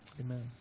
amen